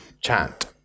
chant